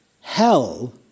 Hell